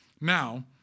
Now